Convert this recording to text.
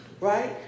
Right